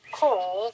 call